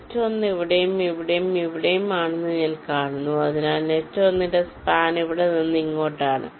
net ഒന്ന് ഇവിടെയും ഇവിടെയും ആണെന്ന് ഞാൻ കാണുന്നു അതിനാൽ നെറ്റ് 1 ന്റെ സ്പാൻ ഇവിടെ നിന്ന് ഇങ്ങോട്ടാണ്